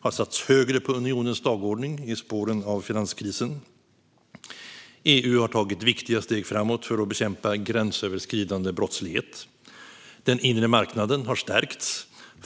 har satts högre på unionens dagordning i spåren av finanskrisen. EU har tagit viktiga steg framåt för att bekämpa gränsöverskridande brottslighet. Den inre marknaden har stärkts.